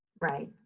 Right